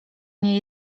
nie